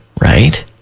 right